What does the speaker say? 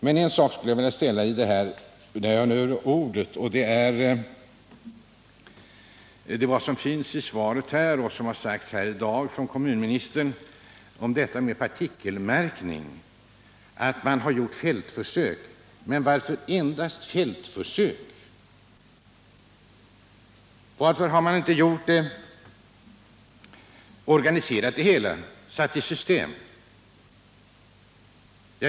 En fråga skulle jag dock vilja ställa när jag nu har ordet. Den gäller en uppgift som finns i svaret, nämligen att fältförsök har gjorts med partikelmärkning. Varför har man endast gjort fältförsök? Varför har man inte organiserat det hela, satt det i system?